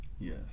Yes